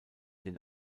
den